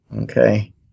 Okay